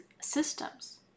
systems